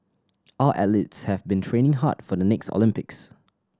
all athletes have been training hard for the next Olympics